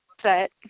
set